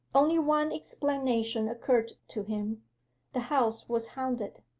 only one explanation occurred to him the house was haunted.